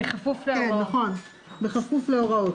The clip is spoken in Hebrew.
ככלל,